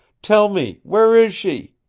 tell me where is she?